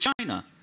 China